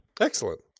excellent